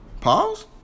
Pause